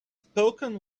spoken